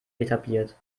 etabliert